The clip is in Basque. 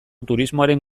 turismoaren